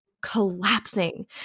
collapsing